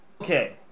Okay